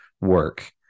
work